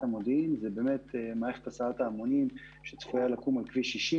המודיעין זה באמת מערכת הסעת ההמונים שצפויה לקום על כביש 60